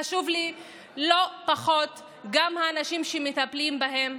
חשובים לי לא פחות גם האנשים שמטפלים בהם,